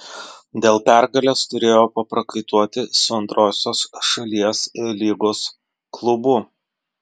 dėl pergalės turėjo paprakaituoti su antrosios šalies lygos klubu